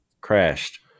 crashed